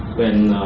when